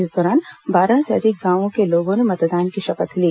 इस दौरान बारह से अधिक गांवों के लोगों ने मतदान की शपथ ली